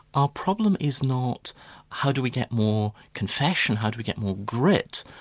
our problem is not how do we get more confession, how do we get more grit,